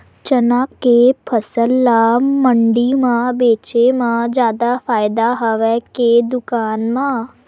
चना के फसल ल मंडी म बेचे म जादा फ़ायदा हवय के दुकान म?